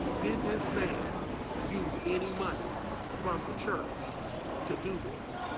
did this man use any money from the church to do this?